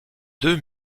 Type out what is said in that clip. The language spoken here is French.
deux